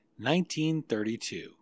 1932